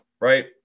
right